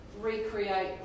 recreate